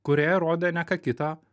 kurioje rodė ne ką kitą